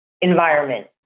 environment